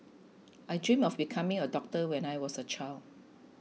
I dreamt of becoming a doctor when I was a child